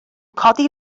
codi